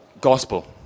gospel